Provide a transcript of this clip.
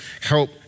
help